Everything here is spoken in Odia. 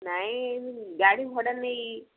ନାଇ ଗାଡ଼ି ଭଡ଼ା ନେଇ